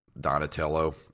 Donatello